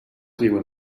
viuen